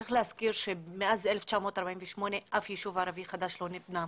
צריך להזכיר שמאז 1948 אף ישוב ערבי חדש לא נבנה.